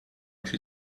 she